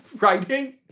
writing